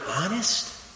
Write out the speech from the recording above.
honest